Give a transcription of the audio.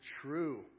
true